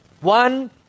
one